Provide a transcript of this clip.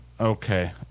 Okay